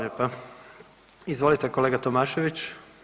Izvolite kolega Tomašević.